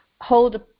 hold